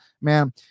man